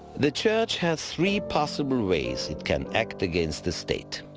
the church has three possible ways it can act against the state.